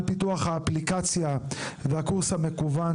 על פיתוח האפליקציה והקורס המקוון,